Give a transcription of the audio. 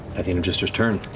i mean of jester's turn,